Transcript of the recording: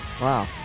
Wow